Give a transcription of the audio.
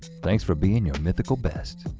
thanks for being your mythical best.